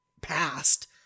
past